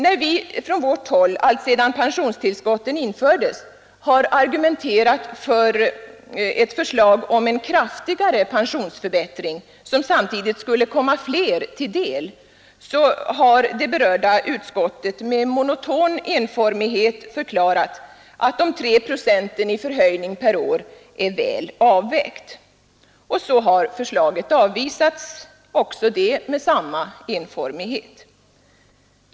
När vi från vårt håll alltsedan pensionstillskotten infördes har argumenterat för vårt förslag om en något kraftigare pensionsförbättring, som samtidigt skulle komma flera till del, har det berörda utskottet med monoton enformighet förklarat de 3 procenten i förhöjning per år vara ”väl avvägt”. Och så har förslaget avvisats, också det med samma enformighet.